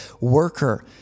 worker